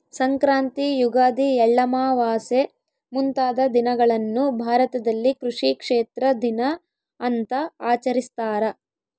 ಸಂಕ್ರಾಂತಿ ಯುಗಾದಿ ಎಳ್ಳಮಾವಾಸೆ ಮುಂತಾದ ದಿನಗಳನ್ನು ಭಾರತದಲ್ಲಿ ಕೃಷಿ ಕ್ಷೇತ್ರ ದಿನ ಅಂತ ಆಚರಿಸ್ತಾರ